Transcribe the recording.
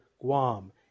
Guam